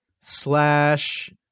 slash